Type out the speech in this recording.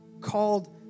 called